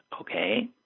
okay